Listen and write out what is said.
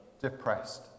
depressed